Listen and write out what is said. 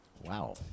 wow